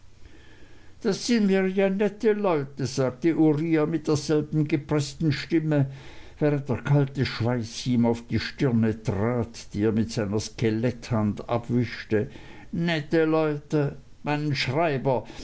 das sind mir ja nette leute sagte uriah mit derselben gepreßten stimme während der kalte schweiß ihm auf die stirne trat die er mit seiner skeletthand abwischte nette leute meinen schreiber